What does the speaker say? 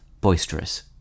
boisterous